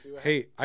Hey